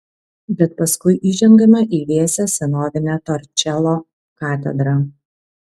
bet paskui įžengiame į vėsią senovinę torčelo katedrą